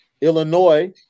Illinois